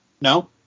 No